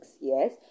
yes